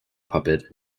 puppet